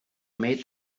made